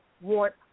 want